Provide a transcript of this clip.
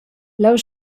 leu